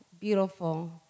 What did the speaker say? beautiful